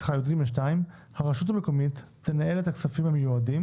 (יג2)הרשות מקומית תנהל את הכספים המיועדים